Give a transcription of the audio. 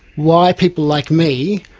why people like me